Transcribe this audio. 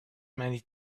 many